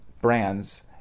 brands